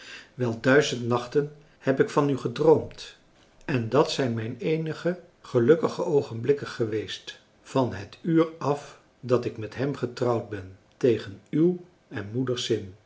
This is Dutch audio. wel duizend nachten heb ik van u gedroomd en dat zijn mijn eenige gelukkige oogenblikken geweest van het uur af dat ik met hem getrouwd ben tegen uw en moeders zin